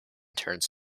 turns